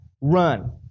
run